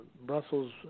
Brussels